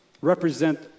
represent